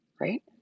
right